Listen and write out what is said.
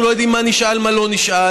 אנחנו לא יודעים מה נשאל ומה לא נשאל,